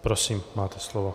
Prosím, máte slovo.